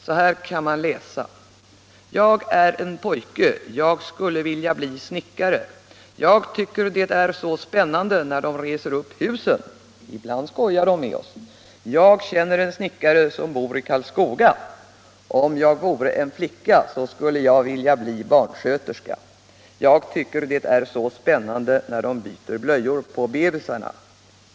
Så här kan man läsa: ”Jag är en pojke. jag skulle vilja bli snickare. Jag tycker det är så spännande när dom reser upp husen. Ibland skojar dom med oss. Jag känner en snickare som bor t Karlskoga. Om jag vore en flicka så skulle Jag vilja bli barnsköterska. Jag tycker det är så spännande när dom byter blöjor på bebisarna.